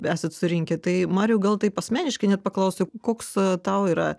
esat surinkę tai mariau gal taip asmeniškai net paklausiu koks tau yra